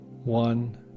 One